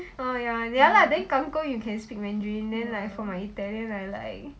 orh ya ya lah for your kang kong you speak chinese for my italian I like